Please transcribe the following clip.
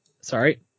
Sorry